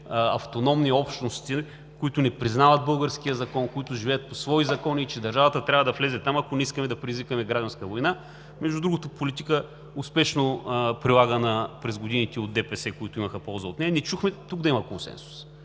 автономни общности, които не признават българския закон, които живеят по свои закони, и че държавата трябва да влезе там, ако не искаме да предизвикаме гражданска война. Между другото, политика, успешно прилагана през годините от ДПС, които имаха полза от нея. Не чухме тук да има консенсус.